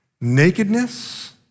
nakedness